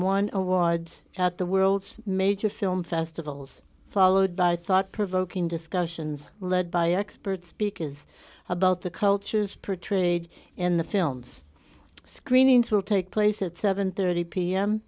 one awards at the world's major film festivals followed by thought provoking discussions led by experts because about the cultures per trade in the films screenings will take place at seven thirty pm